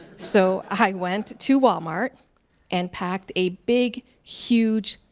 so i went to wal-mart and packed a big huge,